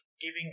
giving